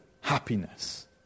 happiness